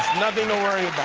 nothing to worry